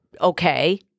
okay